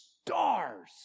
stars